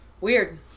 Weird